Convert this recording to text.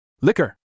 Liquor